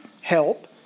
help